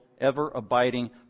ever-abiding